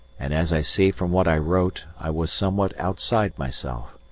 and, as i see from what i wrote, i was somewhat outside myself.